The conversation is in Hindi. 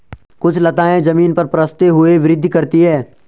कुछ लताएं जमीन पर पसरते हुए वृद्धि करती हैं